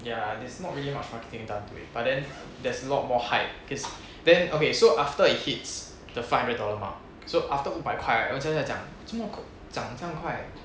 ya there's really not much marketing done to it but then there's a lot more hype cause then okay so after it hits the five hundred dollar mark so after 五百块 right 人家在讲做么长这样快